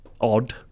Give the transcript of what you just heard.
odd